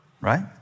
right